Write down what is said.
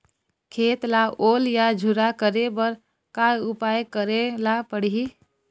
खेत ला ओल या झुरा करे बर का उपाय करेला पड़ही?